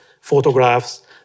photographs